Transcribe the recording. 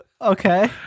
okay